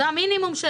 זה המינימום.